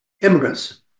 immigrants